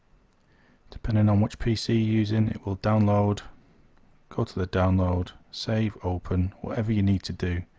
depending on which pc using it will download go to the download save open whatever you need to do